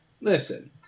Listen